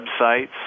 websites